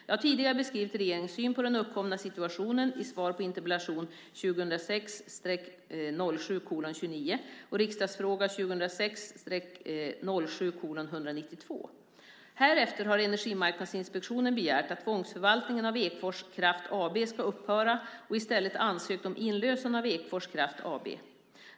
Jag har tidigare beskrivit regeringens syn på den uppkomna situationen i svar på interpellation 2006 07:192. Härefter har Energimarknadsinspektionen begärt att tvångsförvaltningen av Ekfors Kraft AB ska upphöra och i stället ansökt om inlösen av Ekfors Kraft AB.